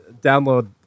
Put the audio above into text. download